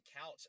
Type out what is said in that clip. couch